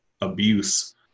abuse